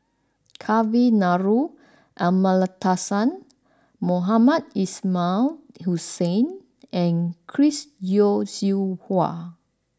Kavignareru Amallathasan Mohamed Ismail Hussain and Chris Yeo Siew Hua